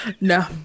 No